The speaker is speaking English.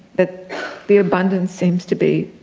that the abundance seems to be,